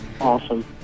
Awesome